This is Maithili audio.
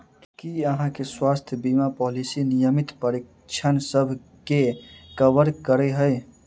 की अहाँ केँ स्वास्थ्य बीमा पॉलिसी नियमित परीक्षणसभ केँ कवर करे है?